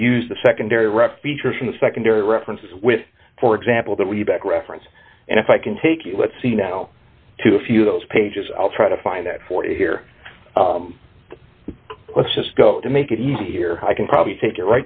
would use the secondary raffi church in the secondary references with for example that we back reference and if i can take you let's see now to a few of those pages i'll try to find that for you here let's just go to make it easier i can probably take